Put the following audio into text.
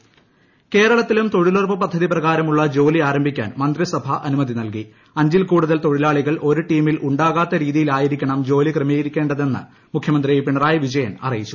മുഖ്യമന്തി കേരളത്തിലും തൊഴിലുറപ്പ് പദ്ധതി പ്രകാരമുള്ള ജോലി ആരംഭിക്കാൻ മന്ത്രിസഭ അനുമതി നൽകി അഞ്ചിൽ കൂടുതൽ തൊഴിലാളികൾ ഒരു ടീമിൽ ഉണ്ടാകാത്ത രീതിയിലായിരിക്കണം ജോലി ക്രമീകരിക്കേണ്ടതെന്ന് മുഖ്യമന്ത്രി പിണറായി വിജയൻ അറിയിച്ചു